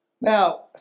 Now